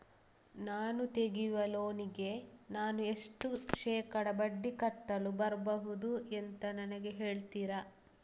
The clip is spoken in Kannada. ನಾನು ತೆಗಿಯುವ ಲೋನಿಗೆ ನಾನು ಎಷ್ಟು ಶೇಕಡಾ ಬಡ್ಡಿ ಕಟ್ಟಲು ಬರ್ಬಹುದು ಅಂತ ನನಗೆ ಹೇಳ್ತೀರಾ?